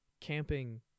camping